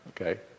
Okay